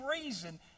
reason